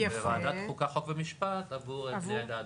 ועדת חוקה חוק ומשפט עבור בני העדה הדרוזית.